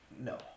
No